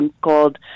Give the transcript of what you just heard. called